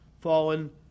fallen